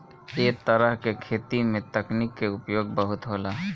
ऐ तरह के खेती में तकनीक के उपयोग बहुत होला